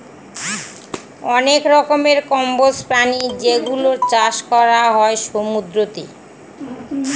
অনেক রকমের কম্বোজ প্রাণী যেগুলোর চাষ করা হয় সমুদ্রতে